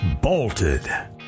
bolted